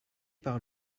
par